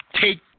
take